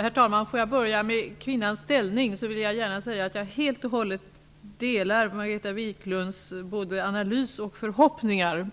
Herr talman! När det gäller kvinnans ställning vill jag gärna säga att jag helt och hållet delar Margareta Viklunds analys och förhoppningar.